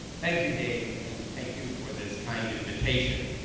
thank you, dave. and thank you for this kind invitation.